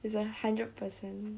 it's like hundred percent